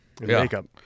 makeup